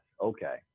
okay